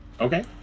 Okay